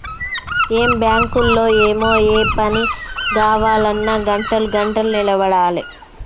ఏం బాంకులో ఏమో, ఏ పని గావాల్నన్నా గంటలు గంటలు నిలవడాలె